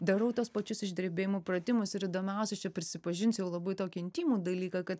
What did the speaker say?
darau tuos pačius išdrebėjimo pratimus ir įdomiausia čia prisipažinsiu jau labai tokį intymų dalyką kad